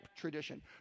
tradition